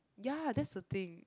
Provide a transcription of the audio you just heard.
ya that's the thing